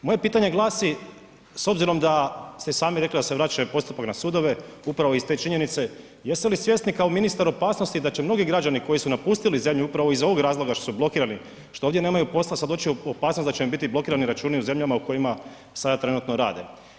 Moje pitanje glasi, s obzirom da ste i sami rekli da se vraća postupak na sudove upravo iz te činjenice, jeste li svjesni kao ministar opasnosti da će mnogi građani koji su napustili zemlju upravo iz ovog razloga što su blokirani, što ovdje nemaju posla sada doći u opasnost da će im biti blokirani računi u zemljama u kojima sada trenutno rade?